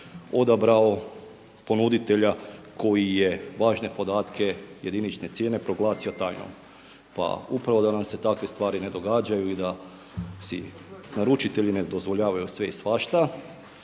odabrao ponuditelja koji je važne podatke, jedinične cijene proglasio tajnom. Pa upravo da nam se takve stvari ne događaju i da si naručitelji ne dozvoljavaju sve i svašta